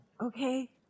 Okay